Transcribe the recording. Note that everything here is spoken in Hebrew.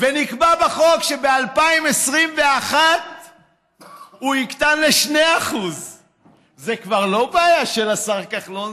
ונקבע בחוק שב-2021 הוא יקטן ל-2% זה כבר לא בעיה של השר כחלון,